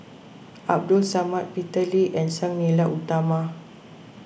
Abdul Samad Peter Lee and Sang Nila Utama